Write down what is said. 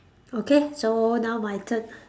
okay so now my turn